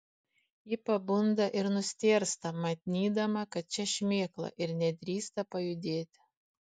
ji pabunda ir nustėrsta manydama kad čia šmėkla ir nedrįsta pajudėti